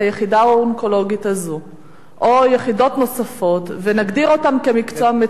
האונקולוגית הזאת או יחידות נוספות ונגדיר אותן כמקצוע במצוקה,